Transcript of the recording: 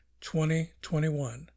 2021